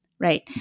Right